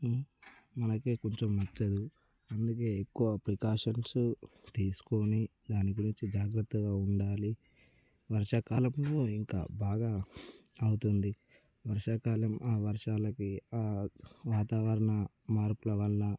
అలాగే కొంచెం నచ్చదు అందుకే ఎక్కువ ప్రికాషన్సు తీసుకుని దాని గురించి జాగ్రత్తగా ఉండాలి వర్షాకాలంలో ఇంకా బాగా అవుతుంది వర్షాకాలం వర్షాలకి ఆ వాతావరణ మార్పుల వల్ల